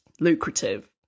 lucrative